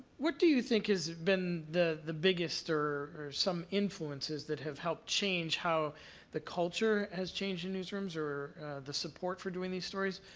what do you think has been the the biggest or or some influences that have helped change how the culture has changed in newsrooms? or the support for doing these stories?